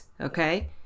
okay